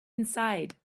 inside